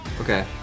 Okay